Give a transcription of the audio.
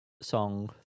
song